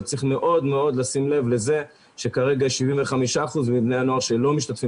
אבל צריך מאוד מאוד לשים לב לזה שכרגע יש 75% מבני הנוער שלא משתתפים